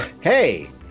hey